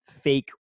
fake